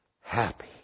happy